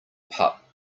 pup